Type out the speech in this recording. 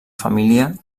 família